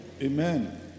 Amen